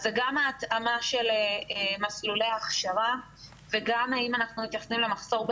זה גם ההתאמה של מסלולי ההכשרה וגם האם אנחנו מתייחסים למחסור במורים.